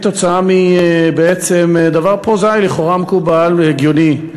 כתוצאה מדבר פרוזאי ולכאורה מקובל והגיוני.